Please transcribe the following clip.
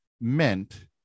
meant